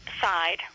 side